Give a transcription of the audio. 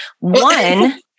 One